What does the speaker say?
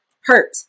hurt